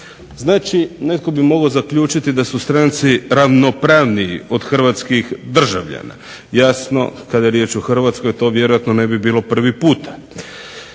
Znači, netko bi mogao zaključiti da su stranci ravnopravniji od hrvatskih državljana. Jasno, kada je riječ o Hrvatskoj to vjerojatno ne bi bilo prvi puta.